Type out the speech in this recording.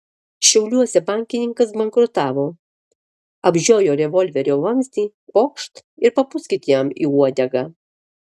šiauliuose bankininkas bankrutavo apžiojo revolverio vamzdį pokšt ir papūskit jam į uodegą